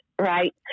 right